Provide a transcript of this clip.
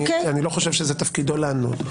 אני לא חושב שזה תפקידו לענות.